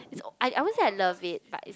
it's I I won't say I love it but is